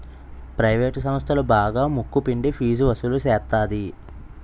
private సంస్థలు బాగా ముక్కు పిండి ఫీజు వసులు సేత్తది